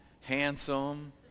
handsome